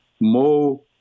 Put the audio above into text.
Mo